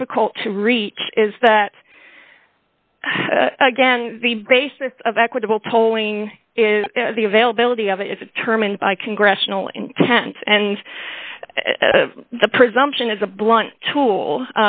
difficult to reach is that again the basis of equitable tolling is the availability of a term and by congressional intent and the presumption is a blunt tool